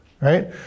right